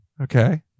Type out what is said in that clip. okay